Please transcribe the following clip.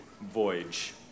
voyage